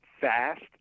fast